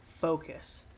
Focus